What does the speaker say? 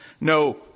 no